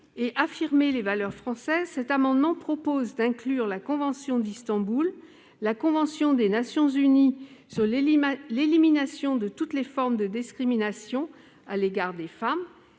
affirmer les valeurs françaises, cet amendement vise à inclure la convention d'Istanbul, la convention des Nations unies sur l'élimination de toutes les formes de discrimination à l'égard des femmes,